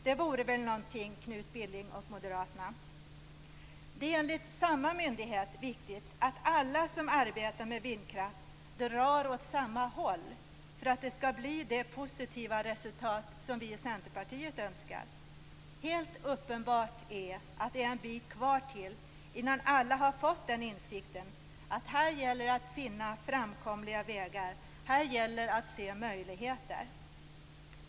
Det vore väl någonting, Enligt samma myndighet är det viktigt att alla som arbetar med vindkraft drar åt samma håll för att det skall bli det positiva resultat som vi i Centerpartiet önskar. Det är helt uppenbart att det är en bit kvar innan alla har fått den insikten att här gäller det att finna framkomliga vägar, här gäller det att se möjligheter.